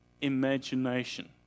imagination